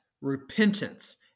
repentance